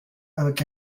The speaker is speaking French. avec